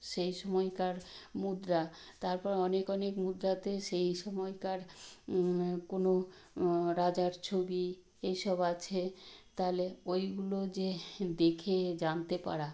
সেই সময়কার মুদ্রা তারপর অনেক অনেক মুদ্রাতে সেই সময়কার কোনো রাজার ছবি এইসব আছে তাহলে ওইগুলো যে দেখে জানতে পারা